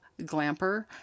glamper